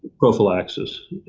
prophylaxis,